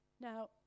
Now